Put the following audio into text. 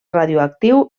radioactiu